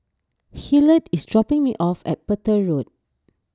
Hillard is dropping me off at Petir Road